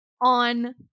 on